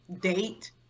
date